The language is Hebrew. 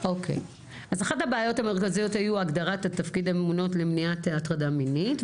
אז אחת הבעיות המרכזיות היו הגדרת התפקיד הממונות למניעת הטרדה מינית,